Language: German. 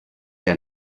der